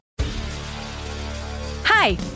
Hi